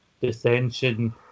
dissension